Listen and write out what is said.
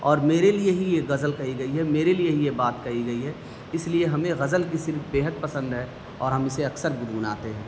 اور میرے لیے ہی یہ غزل کہی گئی ہے میرے لیے ہی یہ بات کہی گئی ہے اس لیے ہمیں غزل کی صنف بے حد پسند ہے اور ہم اسے اکثر گنگناتے ہیں